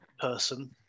person